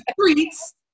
streets